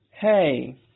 Hey